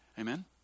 Amen